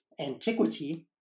antiquity